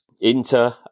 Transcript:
Inter